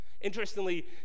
Interestingly